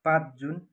पाँच जुन